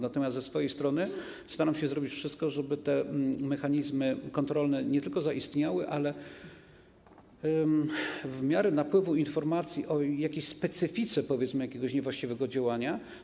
Natomiast ze swojej strony staram się zrobić wszystko, żeby mechanizmy kontrolne nie tylko zaistniały, ale w miarę napływu informacji o specyfice, powiedzmy, niewłaściwego działania.